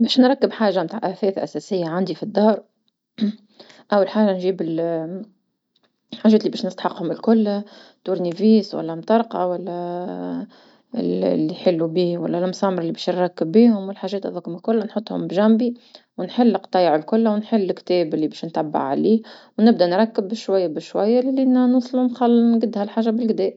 باش نركب حاجة متاع اثاث اساسية عندي في الدار، أول حاجة نجيب حاجات لي باش نستحقهم الكل مفك براغي ولا مطرقة ولا اللي يحلو بيه ولا لمسامر باش نركب بيهم والحاجات هذوك كلها نحطهم بجانبي، ونحل قطيع الكل ونحل الكتاب لي باش نتبع ونبدأ نركب شوية بشوية لين نوصل نخ- نقدها الحاجا بلقدا.